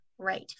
Right